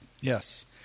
Yes